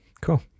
cool